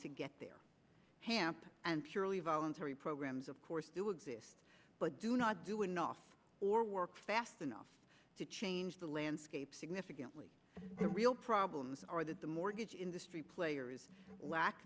to get their hamp and purely voluntary programs of course do exist but do not do enough or work fast enough to change the landscape significantly the real problems are that the mortgage industry players lack